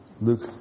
Luke